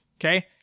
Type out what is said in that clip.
Okay